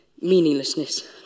Meaninglessness